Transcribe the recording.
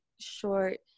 short